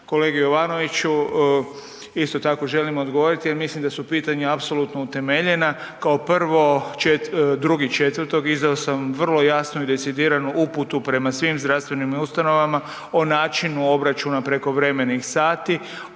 Kolegi Jovanoviću isto tako želim odgovoriti jer mislim da su pitanja apsolutno utemeljena. Kao prvo 2.4. izdao sam vrlo jasnu i decidiranu uputu prema svim zdravstvenim ustanovama o načinu obračuna prekovremenih sati,